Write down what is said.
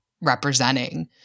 representing